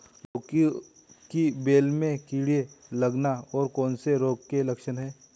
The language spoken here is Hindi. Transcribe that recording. लौकी की बेल में कीड़े लगना कौन से रोग के लक्षण हैं?